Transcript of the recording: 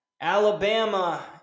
Alabama